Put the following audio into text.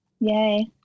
Yay